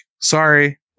Sorry